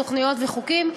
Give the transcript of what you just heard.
לתוכניות וחוקים,